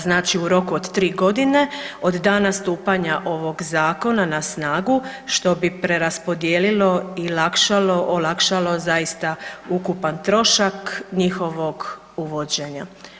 Znači u roku od tri godine od dana stupanja ovog zakona na snagu što bi preraspodijelilo i olakšalo zaista ukupan trošak njihovog uvođenja.